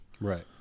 Right